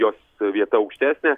jos vieta aukštesnė